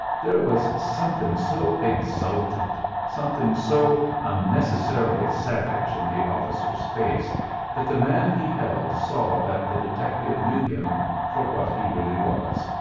there was something so exultant something so unnecessarily savage in the officer's face that the man he held saw that the detective knew him for what he really was,